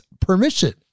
permission